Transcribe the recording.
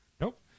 Nope